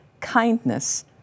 kindness